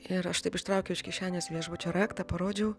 ir aš taip ištraukiau iš kišenės viešbučio raktą parodžiau